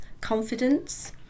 confidence